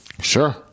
Sure